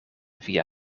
via